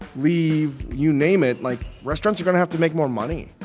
leave, you name it, like, restaurants are going to have to make more money.